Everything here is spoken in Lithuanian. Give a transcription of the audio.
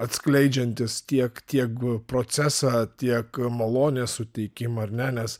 atskleidžiantis tiek tieg procesą tiek malonės suteikimą ar ne nes